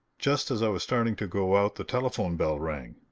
just as i was starting to go out the telephone bell rang.